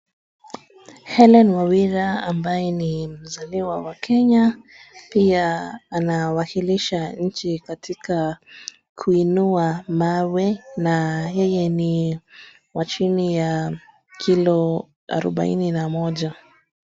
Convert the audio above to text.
Hellen Wawira ambaye ni mzaliwa wa Kenya pia anawakilisha nchi katika kuinua mawe na yeye ni wa chini ya kilo arubaini na moja.